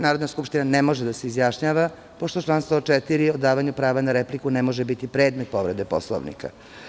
Narodna skupština ne može da se izjašnjava, pošto član 104. o davanju prava na repliku ne može biti predmet povrede Poslovnika.